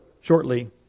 shortly